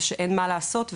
ושאין מה לעשות,